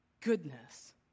Goodness